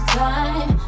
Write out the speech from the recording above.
time